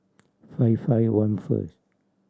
five five one first